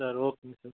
sir ஓகேங்க sir